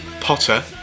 Potter